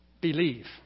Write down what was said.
Believe